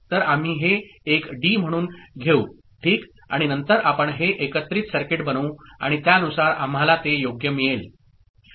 तर आम्ही हे एक डी म्हणून घेऊ ठीक आणि नंतर आपण हे एकत्रित सर्किट बनवू आणि त्यानुसार आम्हाला ते योग्य मिळेल